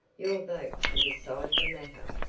your vote can decide the matter.